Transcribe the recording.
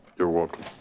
you're welcome.